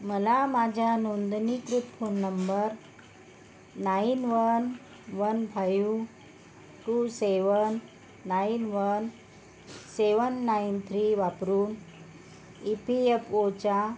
मला माझ्या नोंदणीकृत phone number nine one one five two seven nine one seven nine three वापरून E P F ओच्या